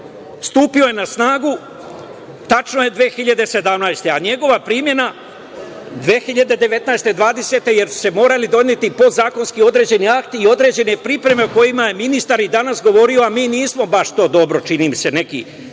Stupio je na snagu tačno 2017. godine, a njegova primena 2019. i 2020. godine, jer su se morali doneti određeni podzakonski akti i određene pripreme o kojima je ministar i danas govorio, a mi nismo baš to dobro, čini mi se, neki,